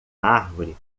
árvore